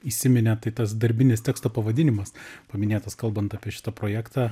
įsiminė tai tas darbinis teksto pavadinimas paminėtas kalbant apie šitą projektą